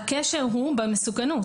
הקשר הוא במסוכנות,